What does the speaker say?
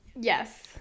Yes